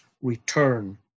return